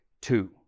Two